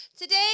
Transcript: today